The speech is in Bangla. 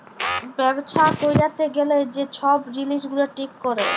ব্যবছা ক্যইরতে গ্যালে যে ছব জিলিস গুলা ঠিক ক্যরে